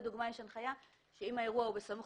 לדוגמה יש הנחיה שאם האירוע הוא בסמוך